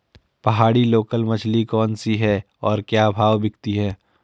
पहाड़ी लोकल मछली कौन सी है और क्या भाव बिकती है?